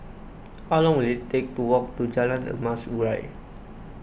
how long will it take to walk to Jalan Emas Urai